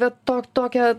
bet to tokią